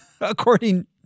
according